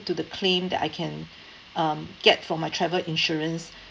to the claim that I can um get from my travel insurance